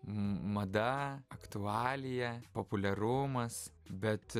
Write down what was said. mada aktualija populiarumas bet